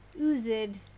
oozed